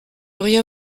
rien